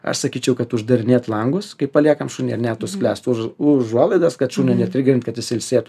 aš sakyčiau kad uždarinėt langus kaip paliekam šunį ar ne užsklęst užuolaidas kad šunio netrigerint kad jisai ilsėtųsi